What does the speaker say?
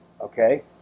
okay